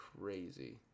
crazy